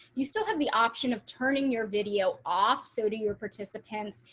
you still have the option of turning your video off so to your participants,